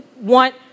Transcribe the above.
want